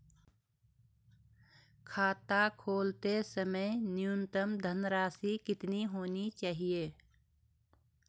खाता खोलते समय न्यूनतम धनराशि कितनी होनी चाहिए?